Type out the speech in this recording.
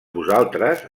vosaltres